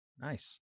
nice